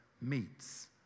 meets